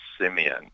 Simeon